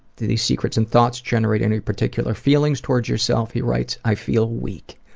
do these secrets and thoughts generate any particular feelings towards yourself? he writes, i feel weak.